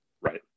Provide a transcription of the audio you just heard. right